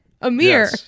Amir